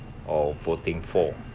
or voting for